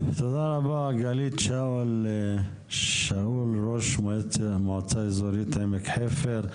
תודה רבה גלית שאול, ראש מועצה איזורית עמק חפר.